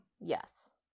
Yes